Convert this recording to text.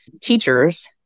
teachers